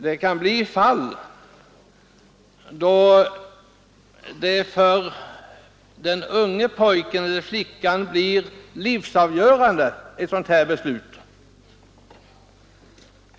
Det kan förekomma fall då ett sådant här beslut för den unge pojken eller den unga flickan blir livsavgörande.